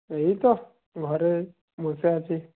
এই তো ঘরে বসে আছি